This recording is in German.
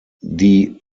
die